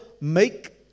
make